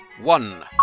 One